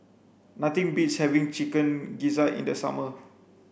nothing beats having chicken gizzard in the summer